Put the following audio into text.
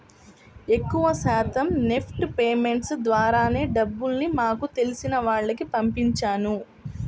ఎక్కువ శాతం NEFT payments ద్వారానే డబ్బుల్ని మాకు తెలిసిన వాళ్లకి పంపించాను